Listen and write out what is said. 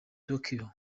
tokyo